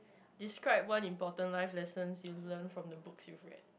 describe one important life lessons you've learnt from the books you've read